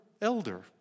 elder